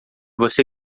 você